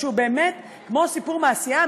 שהוא באמת כמו סיפור מעשייה,